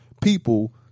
people